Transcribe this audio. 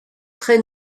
très